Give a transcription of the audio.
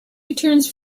returns